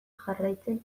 jarraitzen